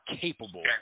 capable